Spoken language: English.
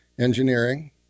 engineering